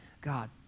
God